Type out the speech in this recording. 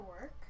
work